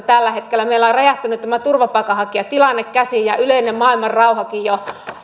tällä hetkellä kun meillä on räjähtänyt tämä turvapaikanhakijatilanne käsiin ja yleinen maailmanrauhakin